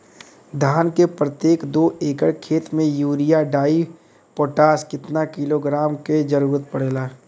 धान के प्रत्येक दो एकड़ खेत मे यूरिया डाईपोटाष कितना किलोग्राम क जरूरत पड़ेला?